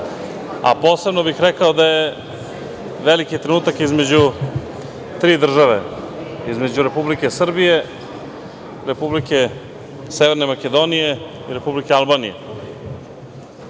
a posebno bih rekao da je veliki trenutak između tri države, između Republike Srbije, Republike Severne Makedonije i Republike Albanije. Tom